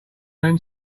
man